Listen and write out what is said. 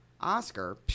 Oscar